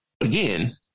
again